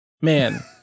man